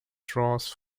draws